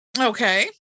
Okay